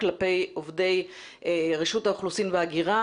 כלפי עובדי רשות האוכלוסין וההגירה.